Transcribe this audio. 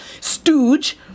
stooge